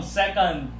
second